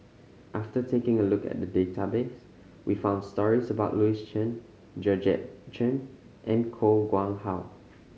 after taking a look at the database we found stories about Louis Chen Georgette Chen and Koh Nguang How